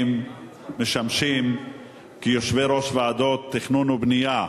משמשים כיושבי-ראש ועדות תכנון ובנייה,